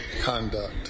conduct